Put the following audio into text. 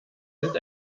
sind